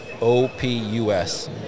O-P-U-S